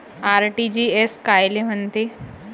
RTGS कायले म्हनते?